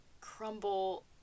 Crumble